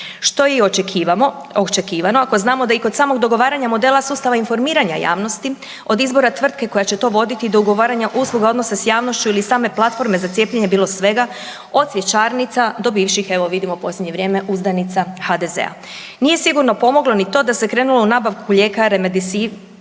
Što je i očekivano ako znamo da i kod samog dogovaranja modela sustava informiranja javnosti od izbora tvrtke koja će to voditi do ugovaranja usluga odnosa s javnošću ili same platforme za cijepljenje je bilo svega, od cvjećarnica, do bivših evo vidimo u posljednje vrijeme, uzdanica HDZ-a. Nije sigurno pomoglo ni to da se krenulo u nabavku lijeka Remdesivir